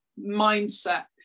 mindset